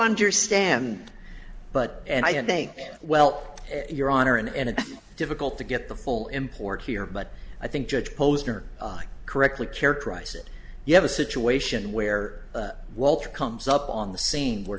understand but and i think well your honor in any difficult to get the full import here but i think judge posner correctly characterize it you have a situation where walter comes up on the scene where